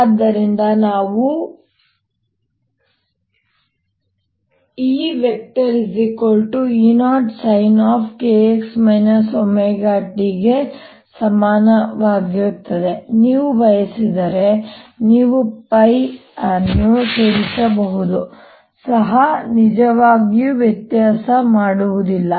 ಆದ್ದರಿಂದ ನಾವು E E0 kx ωt ಗೆ ಸಮನಾಗಿರುತ್ತದೆ ನೀವು ಬಯಸಿದರೆ ನೀವು ಪೈ ಅನ್ನು ಸೇರಿಸಬಹುದು ಸಹ ನಿಜವಾಗಿಯೂ ವ್ಯತ್ಯಾಸವನ್ನು ಮಾಡುವುದಿಲ್ಲ